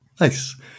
Nice